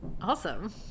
awesome